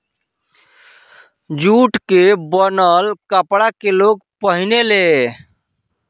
jute के बनल कपड़ा के लोग पहिने ले